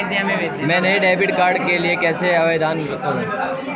मैं नए debit card के लिए कैसे आवेदन करूं?